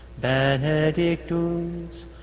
benedictus